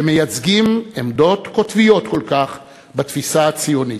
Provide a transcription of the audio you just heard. שמייצגים עמדות קוטביות כל כך בתפיסה הציונית,